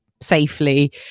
safely